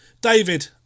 David